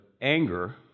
anger